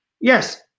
Yes